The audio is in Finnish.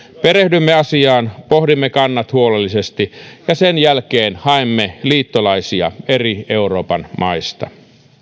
perehdymme asiaan pohdimme kannat huolellisesti ja sen jälkeen haemme liittolaisia eri euroopan maista